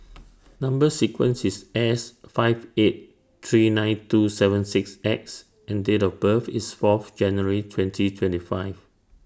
Number sequence IS S five eight three nine two seven six X and Date of birth IS Fourth January twenty twenty five